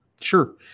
Sure